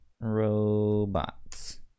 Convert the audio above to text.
Robots